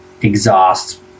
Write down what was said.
exhaust